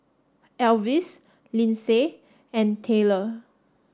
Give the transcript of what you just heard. Elvis Lynsey and Tayler